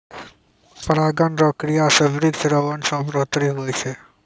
परागण रो क्रिया से वृक्ष रो वंश मे बढ़ौतरी हुवै छै